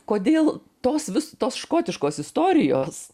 kodėl tos vis tos škotiškos istorijos